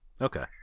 Okay